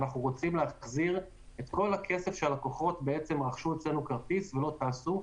ואנחנו רוצים להחזיר את כל הכסף שהלקוחות רכשו אצלנו כרטיס ולא טסו.